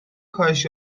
کاهش